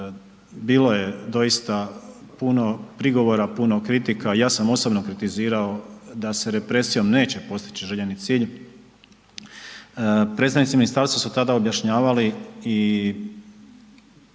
bilo je doista puno prigovora, puno kritika, ja sam osobno kritizirao da se represijom neće postići željeni cilj, predstavnici ministarstva su tada objašnjavali i